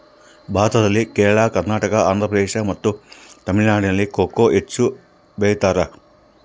ಭಾರತದಲ್ಲಿ ಕೇರಳ, ಕರ್ನಾಟಕ, ಆಂಧ್ರಪ್ರದೇಶ್ ಮತ್ತು ತಮಿಳುನಾಡಿನಲ್ಲಿ ಕೊಕೊ ಹೆಚ್ಚು ಬೆಳಿತಾರ?